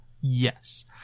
Yes